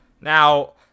Now